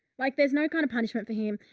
like there's no kind of punishment for him.